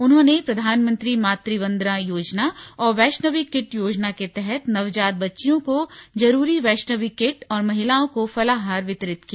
उन्होंने प्रधानमंत्री मातृ वन्दना योजना और वैष्णवी किट योजना के तहत नवजात बच्चियों को जरूरी वैष्णवी किट और महिलाओं को फलाहार वितरित किया